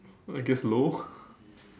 I guess low